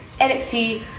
NXT